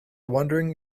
wondering